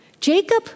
Jacob